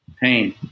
pain